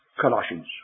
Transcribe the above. Colossians